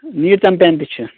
NEET champion تہِ چھِ